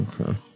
Okay